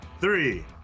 three